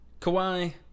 Kawhi